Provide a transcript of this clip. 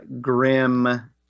grim